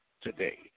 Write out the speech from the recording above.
today